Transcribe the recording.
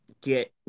get